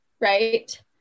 Right